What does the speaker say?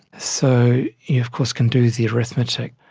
so you of course can do the arithmetic.